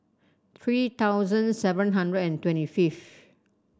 three thousand seven hundred and twenty fifth